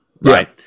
Right